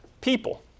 people